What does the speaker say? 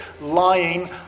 lying